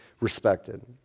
respected